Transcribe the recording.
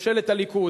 ממשלת הליכוד.